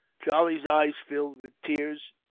charlie's eyes filled with tears,